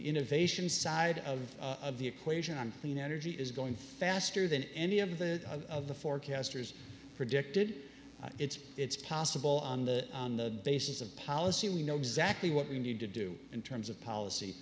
innovation side of the equation on clean energy is going faster than any of the of the forecasters predicted it's it's possible on the basis of policy we know exactly what we need to do in terms of policy